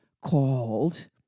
called